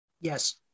yes